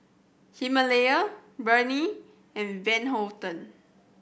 Himalaya Burnie and Van Houten